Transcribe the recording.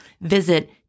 Visit